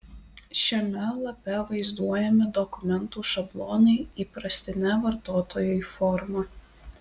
šiame lape vaizduojami dokumentų šablonai įprastine vartotojui forma